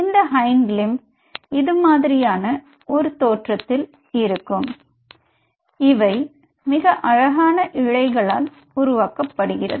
இந்த hind limb இது மாதிரியான ஒரு தோற்றத்தில் இருக்கும் இவை மிக அழகான இழைகளால் உருவாக்கப்படுகிறது